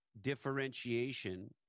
differentiation